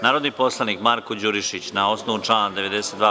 Narodni poslanik Marko Đurišić na osnovu člana 92.